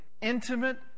intimate